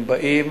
הם באים